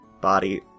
body